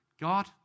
God